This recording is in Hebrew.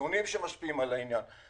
חיסונים שמשפיעים על העניין.